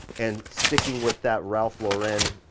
and sticking with that ralph lauren